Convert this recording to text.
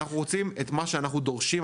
אנחנו רוצים את מה שאנחנו דורשים,